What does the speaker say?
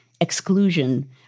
exclusion